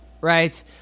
right